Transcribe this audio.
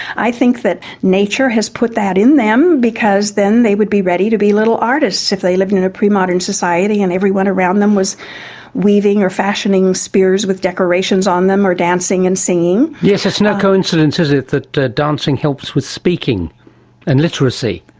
i think that nature has put that in them because then they would be ready to be little artists, if they lived in a pre-modern society and everyone around them was weaving or fashioning spears with decorations on them or dancing and singing. yes, it's no coincidence, is it, that dancing helps with speaking and literacy.